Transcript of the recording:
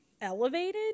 elevated